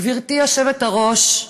גברתי היושבת-ראש,